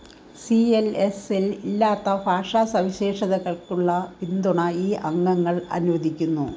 C L S L ഇല്ലാത്ത ഭാഷാ സവിശേഷതകൾക്കുള്ള പിന്തുണ ഈ അംഗങ്ങൾ അനുവദിക്കുന്നു